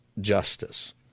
justice